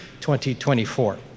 2024